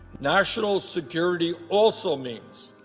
national security also means,